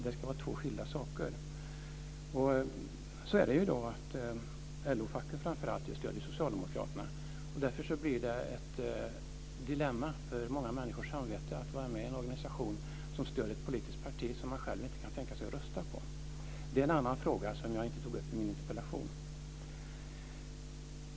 Det ska vara två skilda saker. Det är ju i dag så att framför allt LO-facket stöder socialdemokraterna, och det blir därför ett dilemma för många människors samvete att vara med i en organisation som stöder ett politiskt parti som man själv inte kan tänka sig att rösta på. Det är en annan fråga, som jag inte tog upp i min interpellation.